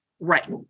Right